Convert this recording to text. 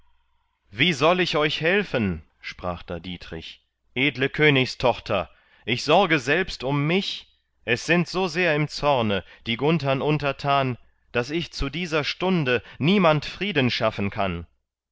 wie soll ich euch helfen sprach da dietrich edle königstochter ich sorge selbst um mich es sind so sehr im zorne die gunthern untertan daß ich zu dieser stunde niemand frieden schaffen kann